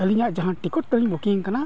ᱟᱞᱤᱧᱟᱜ ᱡᱟᱦᱟᱸ ᱛᱟᱞᱤᱧ ᱟᱠᱟᱱᱟ